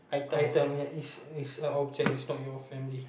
item yes it it's a object it's not your family